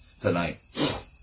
tonight